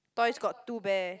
toys got two bear